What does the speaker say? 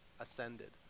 Ascended